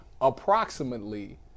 approximately